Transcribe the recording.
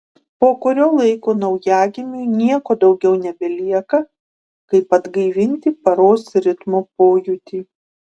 po kurio laiko naujagimiui nieko daugiau nebelieka kaip atgaivinti paros ritmo pojūtį